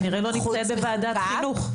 כנראה את לא נמצאת בוועדת חינוך,